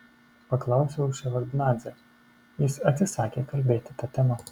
paklausiau ševardnadzę jis atsisakė kalbėti ta tema